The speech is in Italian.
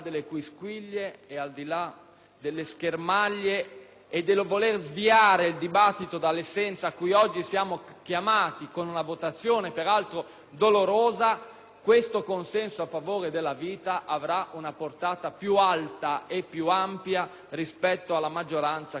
delle schermaglie e del voler sviare il dibattito dall'essenza del problema su cui oggi siamo chiamati (con una votazione peraltro dolorosa) a pronunciarci, questo consenso a favore della vita avrà una portata più alta e più ampia rispetto alla maggioranza che sostiene il Governo e che,